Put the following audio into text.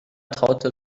traute